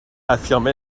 affirme